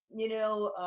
you know,